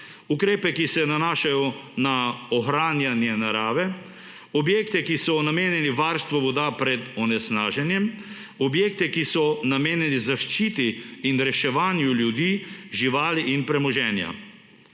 ukrepe, ki so nanašajo na ohranjanje narave; objekte, ki so namenjeni varstvu voda pred onesnaženjem; objekte, ki so namenili zaščiti in reševanju ljudi, živali in premoženja.